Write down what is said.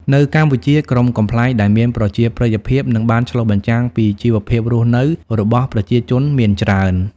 នៅកម្ពុជា ក្រុមកំប្លែងដែលមានប្រជាប្រិយភាព និងបានឆ្លុះបញ្ចាំងពីជីវភាពរស់នៅរបស់ប្រជាជនមានច្រើន។